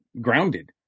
grounded